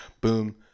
boom